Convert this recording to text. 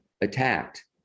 attacked